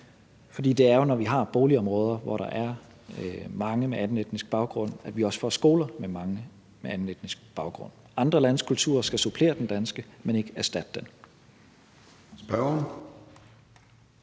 for det er jo, når vi har boligområder med mange med anden etnisk baggrund, at vi også får skoler med mange med anden etnisk baggrund. Andre landes kultur skal supplere den danske, men ikke erstatte den.